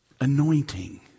Anointing